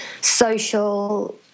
social